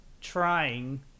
trying